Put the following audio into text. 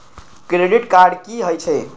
Credit card की हे छे?